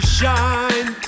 shine